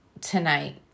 tonight